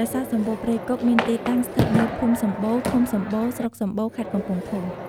ប្រាសាទសម្បូរព្រៃគុកមានទីតាំងស្ថិតនៅភូមិសម្បូរ ឃុំសម្បូរ ស្រុកសម្បូរ ខេត្តកំពង់ធំ។